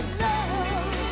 love